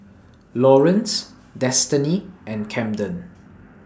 Lawerence Destiny and Camden